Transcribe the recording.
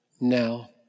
Now